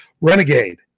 Renegade